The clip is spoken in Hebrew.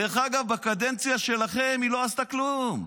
דרך אגב, בקדנציה שלכם היא לא עשתה כלום.